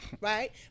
right